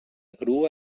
grua